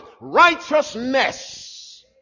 Righteousness